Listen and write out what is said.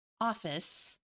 office